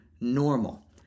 normal